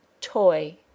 toy